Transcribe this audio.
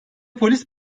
polis